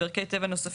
צוהריים טובים.